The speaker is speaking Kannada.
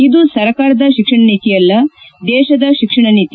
ಇದು ಸರ್ಕಾರದ ಶಿಕ್ಷಣ ನೀತಿಯಲ್ಲ ದೇಶದ ಶಿಕ್ಷಣ ನೀತಿ